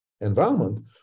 environment